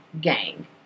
gang